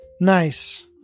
Nice